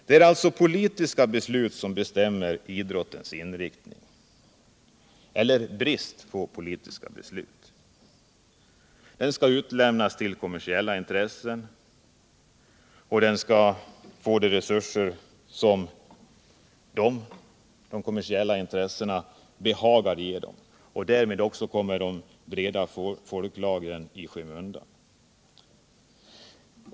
Det är sålunda politiska beslut som bestämmer idrottens inriktning, eller brist på politiska beslut. Idrotten skall utlämnas till kommersiella intressen och få de resurser som dessa intressen behagar ge idrotten. Därmed kommer också de breda folklagren i skymundan.